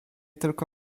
tylko